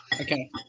Okay